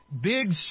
big